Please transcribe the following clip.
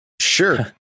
Sure